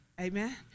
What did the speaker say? Amen